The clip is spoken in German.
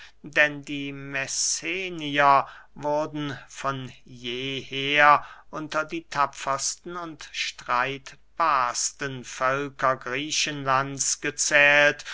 denn die messenier wurden von jeher unter die tapfersten und streitbarsten völker griechenlands gezählt